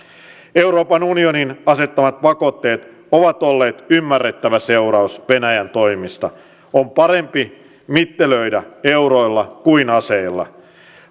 euroopan unionin asettamat pakotteet ovat olleet ymmärrettävä seuraus venäjän toimista on parempi mittelöidä euroilla kuin aseilla